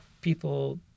people